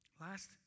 Last